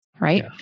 right